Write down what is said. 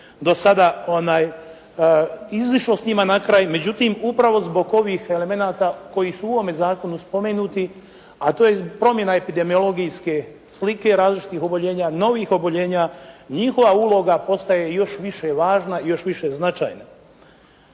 do sada izišlo s njima na kraj, međutim upravo zbog ovih elemenata koji su u ovome zakonu spomenuti a to je promjena epidemiologijske slike različitih oboljenja, novih oboljenja, njihova uloga postaje još više važna i još više značajna.